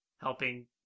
helping